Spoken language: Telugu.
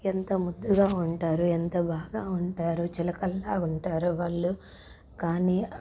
ఎంత ముద్దుగా ఉంటారు ఎంత బాగా ఉంటారు చిలకల్లాగుంటారు వాళ్ళు కానీ